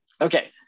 okay